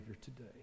today